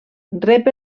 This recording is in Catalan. rep